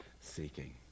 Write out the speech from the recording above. seeking